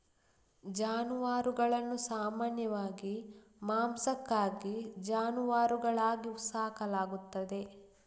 ಜಾನುವಾರುಗಳನ್ನು ಸಾಮಾನ್ಯವಾಗಿ ಮಾಂಸಕ್ಕಾಗಿ ಜಾನುವಾರುಗಳಾಗಿ ಸಾಕಲಾಗುತ್ತದೆ